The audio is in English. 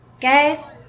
Guys